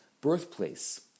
birthplace